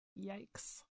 Yikes